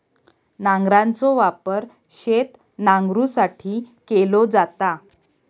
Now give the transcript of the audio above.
नांगराचो वापर शेत नांगरुसाठी केलो जाता